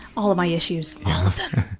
all of my issues, all of them.